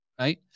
right